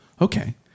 okay